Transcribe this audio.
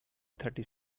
thirty